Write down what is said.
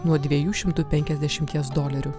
nuo dviejų šimtų penkiasdešimties dolerių